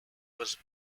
was